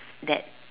that